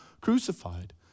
crucified